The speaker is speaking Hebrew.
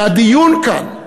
והדיון כאן,